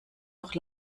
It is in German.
noch